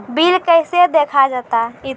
Bill कैसे देखा जाता हैं?